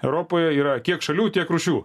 europoje yra kiek šalių tiek rūšių